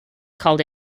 called